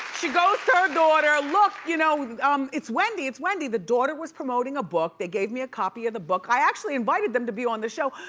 she goes to her daughter, look, you know um it's wendy! it's wendy! the daughter was promoting a book, they gave me a copy of the book. i actually invited them to be on the show.